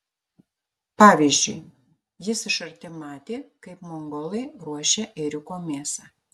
pavyzdžiui jis iš arti matė kaip mongolai ruošia ėriuko mėsą